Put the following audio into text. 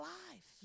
life